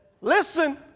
Listen